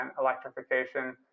electrification